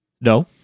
No